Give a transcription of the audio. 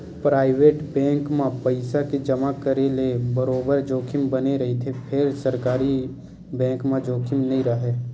private bank म पइसा के जमा करे ले बरोबर जोखिम बने रहिथे फेर सरकारी बेंक म जोखिम नइ राहय